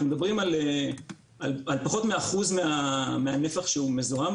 אנחנו מדברים על פחות מ-1% מהנפח שהוא מזוהם,